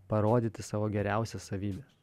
parodyti savo geriausias savybes